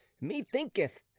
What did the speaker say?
methinketh